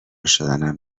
شدنم